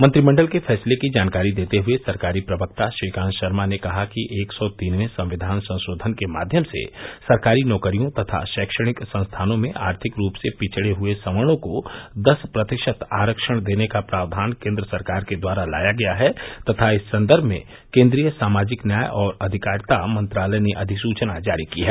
मंत्रिमंडल के फैसले की जानकारी देते हए सरकारी प्रवक्ता श्रीकांत शर्मा ने कहा कि एक सौ तीनवें संविधान संशोधन के माध्यम से सरकारी नौकरियों तथा शैक्षणिक संस्थानों में आर्थिक रूप से पिछड़े हुए सवर्णो को दस प्रतिशत आरक्षण देने का प्रावधान केन्द्र सरकार के द्वारा लाया गया है तथा इस सन्दर्भ में केन्द्रीय सामाजिक न्याय और अधिकारिता मंत्रालय ने अधिसूचना जारी की है